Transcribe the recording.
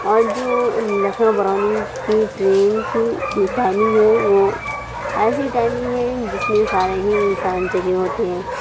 اور جو لکھنؤ برونی کی ٹرین کی ٹائمنگ ہے وہ ایسی ٹائمنگ ہے جس میں سارے ہی انسان جگے ہوتے ہیں